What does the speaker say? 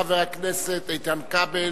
חבר הכנסת איתן כבל,